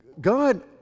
God